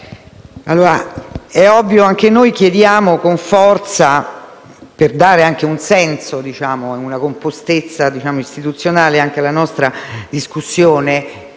è ovvio che anche noi chiediamo con forza, per dare anche un senso e una compostezza istituzionale alla nostra discussione,